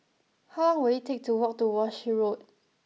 how long will it take to walk to Walshe Road